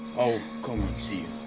ah come and see